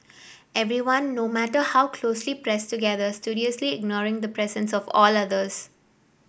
everyone no matter how closely pressed together studiously ignoring the presence of all others